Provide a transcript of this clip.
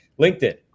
linkedin